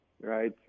right